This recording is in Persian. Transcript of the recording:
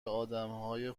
آدمهای